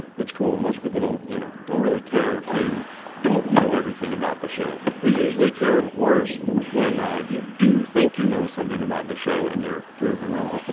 it's cool most people don't you know don't really care if you don't know everything about the show they usually care worse when you do think you know something about the show and you're proven wrong